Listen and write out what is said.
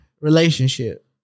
relationship